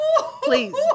please